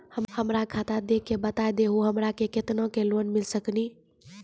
हमरा खाता देख के बता देहु हमरा के केतना के लोन मिल सकनी?